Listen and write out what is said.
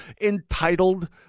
entitled